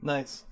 Nice